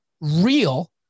real